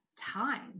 time